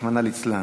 רחמנא ליצלן,